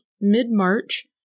mid-March